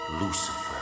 Lucifer